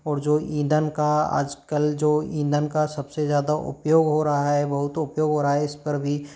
और जो ईंधन का आजकल जो ईंधन का सबसे ज़्यादा उपयोग हो रहा है बहुत उपयोग हो रहा है इस पर भी